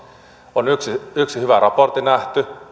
on yksi yksi hyvä raportti nähty